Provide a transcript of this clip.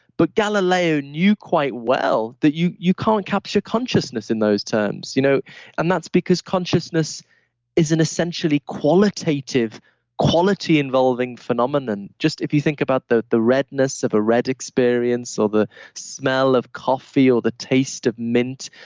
but galileo knew quite well that you you can't capture consciousness in those terms you know and that's because consciousness is an essentially qualitative quality involving phenomenon. just if you think about the the redness of a red experience or the smell of coffee or the taste of mint,